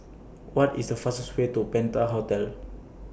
What IS The fastest Way to Penta Hotel